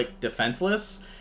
defenseless